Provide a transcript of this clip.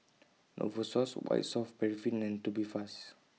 Novosource White Soft Paraffin and Tubifast